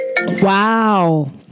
Wow